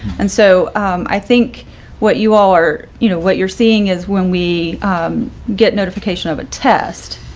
and so i think what you all are, you know, what you're seeing is when we get notification of a test,